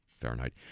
Fahrenheit